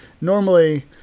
normally